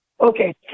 Okay